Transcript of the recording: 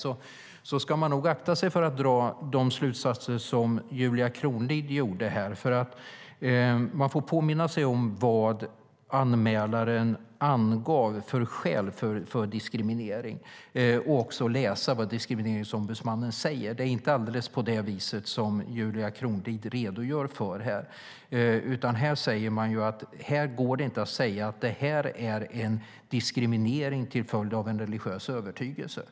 Man ska nog akta sig för att dra de slutsatser som Julia Kronlid gjorde här. Man får påminna sig om vad anmälaren angav för skäl för diskriminering och också läsa vad Diskrimineringsombudsmannen säger. Det är inte alldeles på det viset som Julia Kronlid redogör för här. Man säger att det inte går att säga att det är en diskriminering till följd av en religiös övertygelse.